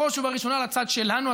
בראש ובראשונה לצד שלנו,